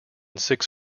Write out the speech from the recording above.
six